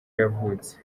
yavutse